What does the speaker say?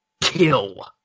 KILL